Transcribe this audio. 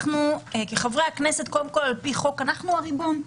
אנחנו כחברי כנסת, הריבון.